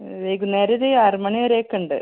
വൈകുന്നേരം ഒരു ആറ് മണി വരെ ഒക്കെ ഉണ്ട്